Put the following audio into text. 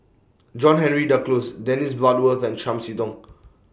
John Henry Duclos Dennis Bloodworth and Chiam See Tong